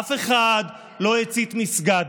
אבל אף אחד לא הצית מסגד,